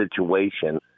situation